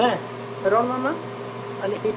ᱦᱮᱸ ᱨᱚᱝ ᱱᱟᱢᱵᱟᱨ